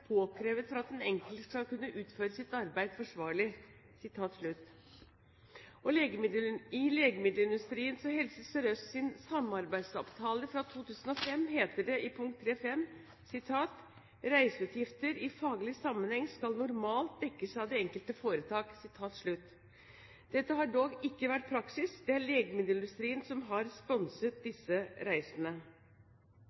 påkrevet for at den enkelte skal kunne utføre sitt arbeid forsvarlig.» I legemiddelindustrien og Helse Sør-Østs samarbeidsavtale fra 2005 heter det i punkt 3.5: «Reiseutgifter i faglig sammenheng skal normalt dekkes av det enkelte foretak.» Dette har dog ikke vært praksis. Det er legemiddelindustrien som har sponset